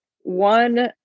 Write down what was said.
one